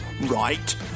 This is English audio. right